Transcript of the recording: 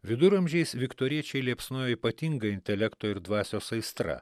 viduramžiais viktoriečiai liepsnojo ypatinga intelekto ir dvasios aistra